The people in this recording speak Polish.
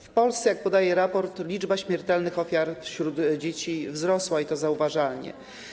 W Polsce, jak podaje raport, liczba ofiar śmiertelnych wśród dzieci wzrosła, i to zauważalnie.